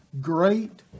great